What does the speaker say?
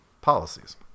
policies